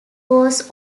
was